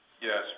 Yes